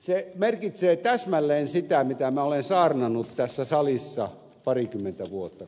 se merkitsee täsmälleen sitä mitä minä olen saarnannut tässä salissa kohta parikymmentä vuotta